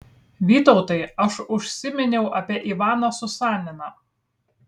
vytautai aš užsiminiau apie ivaną susaniną